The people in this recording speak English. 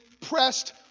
pressed